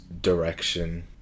direction